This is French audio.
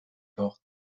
port